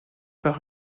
par